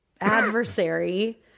adversary